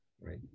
right